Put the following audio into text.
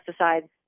pesticides